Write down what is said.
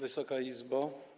Wysoka Izbo!